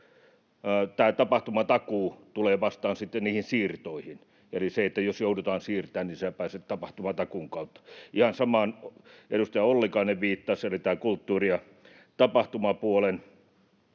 Tämä tapahtumatakuu tulee vastaamaan sitten niihin siirtoihin. Eli jos joudutaan siirtämään, niin sinä pääset tapahtumatakuun kautta. Ihan samaan edustaja Ollikainen viittasi eli tähän kulttuuri- ja tapahtumapuoleen.